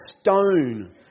stone